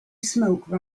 smoke